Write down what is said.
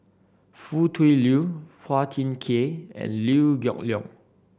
Foo Tui Liew Phua Thin Kiay and Liew Geok Leong